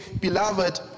Beloved